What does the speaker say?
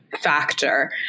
factor